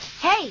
Hey